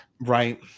right